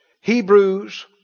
Hebrews